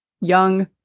young